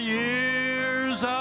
years